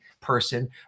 person